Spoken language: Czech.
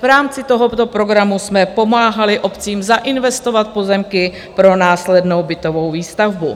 V rámci tohoto programu jsme pomáhali obcím zainvestovat pozemky pro následnou bytovou výstavbu.